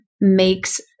makes